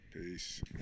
peace